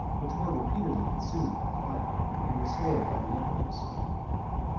which were repeatedly consumed by fire, and restored by the emperors.